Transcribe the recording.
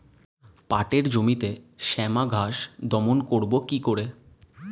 পাটের জমিতে শ্যামা ঘাস দমন করবো কি করে?